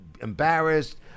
embarrassed